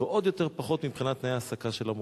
ועוד יותר פחות מבחינת תנאי ההעסקה של המורים.